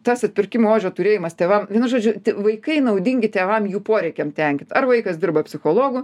ir tas atpirkimo ožio turėjimas tėvam vienu žodžiu vaikai naudingi tėvam jų poreikiam tenkint ar vaikas dirba psichologu